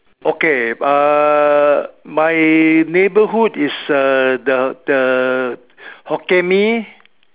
okay uh my neighbourhood is uh the the Hokkien-Mee